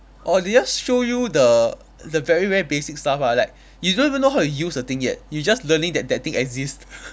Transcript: orh they just show you the the very very basic stuff ah like you don't even know how to use the thing yet you just learning that that thing exist